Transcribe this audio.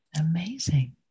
amazing